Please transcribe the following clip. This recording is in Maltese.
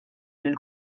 lill